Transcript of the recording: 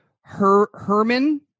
Herman